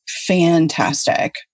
fantastic